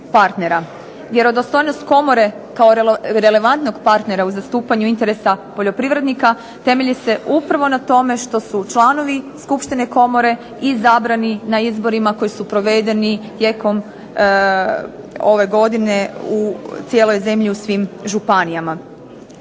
Vjerodostojnost komore kao relevantnog partnera u zastupanju interesa poljoprivrednika temelji se upravo na tome što su članovi skupštine komore izabrani na izborima koji su provedeni tijekom ove godine u cijeloj zemlji u svim županijama.